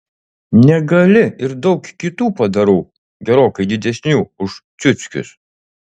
negali ir daug kitų padarų gerokai didesnių už ciuckius